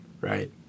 Right